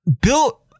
Bill